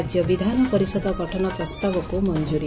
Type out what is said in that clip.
ରାଜ୍ୟ ବିଧାନ ପରିଷଦ ଗଠନ ପ୍ରସ୍ତାବକୁ ମଞ୍ଠୁରି